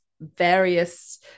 various